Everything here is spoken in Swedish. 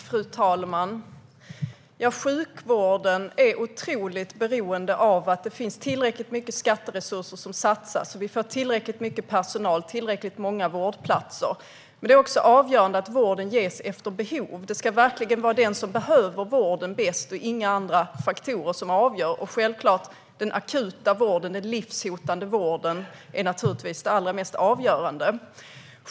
Fru talman! Sjukvården är helt beroende av att det satsas tillräckligt mycket skattemedel så att vi får tillräckligt mycket personal och tillräckligt många vårdplatser. Det är också avgörande att vården ges efter behov. Vård ska ges till den som behöver den bäst, och inga andra faktorer ska avgöra. Den akuta och livräddande vården är givetvis det allra mest avgörande.